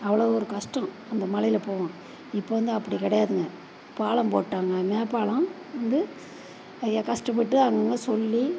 அவ்வளோ ஒரு கஷ்டம் அந்த மழையில் போவோம் இப்போ வந்து அப்படி கிடையாதுங்க பாலம் போட்டாங்க மேம்பாலம் வந்து ஐயா கஷ்டப்பட்டு அங்கேங்க சொல்லி